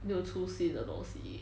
没有出新的东西